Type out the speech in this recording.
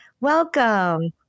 Welcome